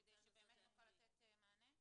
כדי שבאמת נוכל לתת מענה?